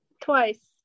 Twice